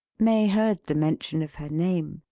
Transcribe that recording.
may heard the mention of her name,